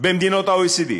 במדינות ה-OECD.